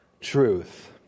truth